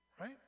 Right